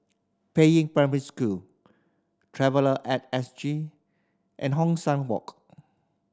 Peiying Primary School Traveller At S G and Hong San Walk